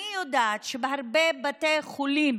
אני יודעת שבהרבה בתי חולים,